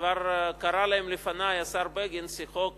שכבר קרא להן לפני כן השר בגין שיחות